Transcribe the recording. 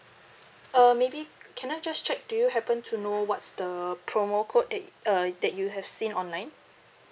uh maybe can I just check do you happen to know what's the promo code that uh that you have seen online